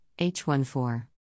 H14